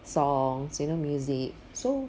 songs you know music so